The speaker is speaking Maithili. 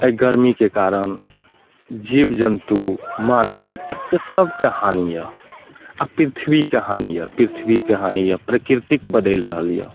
एहि गरमीके कारण जीव जन्तु मानवके सभके हानि यऽ आ पृथ्वीके हानि यऽ पृथ्वीके हानि यऽ प्रकृतिक बदलि रहल यऽ